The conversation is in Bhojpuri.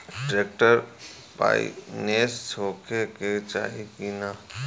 ट्रैक्टर पाईनेस होखे के चाही कि ना?